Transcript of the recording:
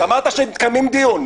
אמרת שמקיימים דיון.